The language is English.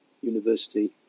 university